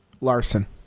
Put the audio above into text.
Larson